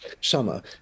summer